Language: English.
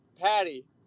Patty